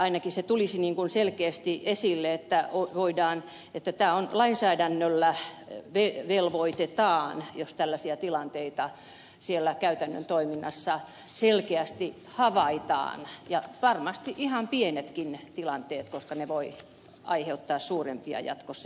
tallqvist tässä korostaa ainakin selkeästi esille että tällä lainsäädännöllä velvoitetaan jos tällaisia tilanteita siellä käytännön toiminnassa selkeästi havaitaan ja varmasti ihan pieniäkin tilanteita koska ne voivat aiheuttaa suurempia jatkossa jos ei niihin puututa